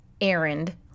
errand